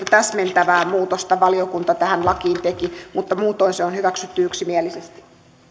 täsmentävää muutosta valiokunta tähän lakiin teki mutta muutoin se on hyväksytty yksimielisesti